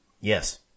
Yes